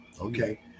Okay